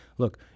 Look